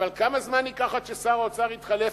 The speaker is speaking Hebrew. אבל כמה זמן ייקח עד ששר האוצר יתחלף?